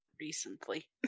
recently